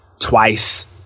twice